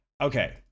Okay